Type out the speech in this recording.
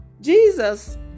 Jesus